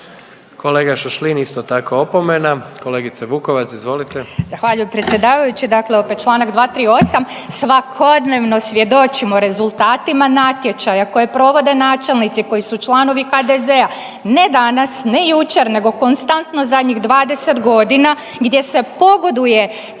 Kolega Šašlin, isto tako opomena. Kolegice Vukovac, izvolite. **Vukovac, Ružica (Nezavisni)** Zahvaljujem predsjedavajući. Dakle, opet čl. 238. Svakodnevno svjedočimo rezultatima natječaja koje provode načelnici koji su članovi HDZ-a, ne danas, ne jučer nego konstantno zadnjih 20 godina gdje se pogoduje